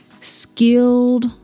skilled